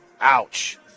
ouch